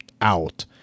out